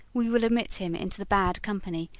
we will admit him into the bad company,